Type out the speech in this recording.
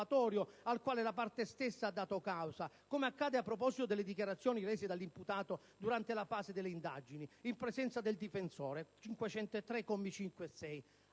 al quale la parte stessa ha dato causa, come accade a proposito delle dichiarazioni rese dall'imputato durante la fase delle indagini, in presenza del difensore